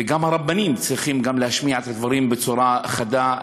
וגם הרבנים צריכים להשמיע את הדברים בצורה חדה,